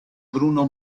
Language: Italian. bruno